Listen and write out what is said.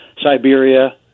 Siberia